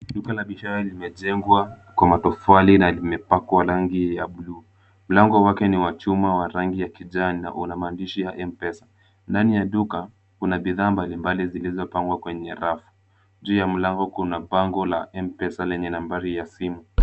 Duka la biashara limegengwa kwa matofali na limepakwa rangi ya buluu. Mlango wake ni wa chuma wa rangi ya kijani na una maandisha ya M-Pesa. Ndani ya duka kuna bidhaa mbalimbali zilizopangwa kwenye rafu. Juu ya mlango kuna bango la M-Pesa lenye nambari ya simu.